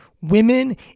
women